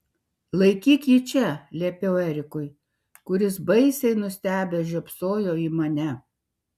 laikyk jį čia liepiau erikui kuris baisiai nustebęs žiopsojo į mane